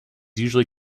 usually